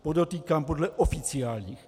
Podotýkám, že podle oficiálních.